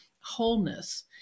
wholeness